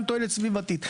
גם תועלת סביבתית.